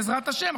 בעזרת השם,